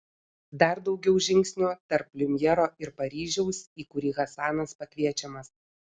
dar daugiau žingsnių tarp liumjero ir paryžiaus į kurį hasanas pakviečiamas